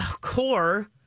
core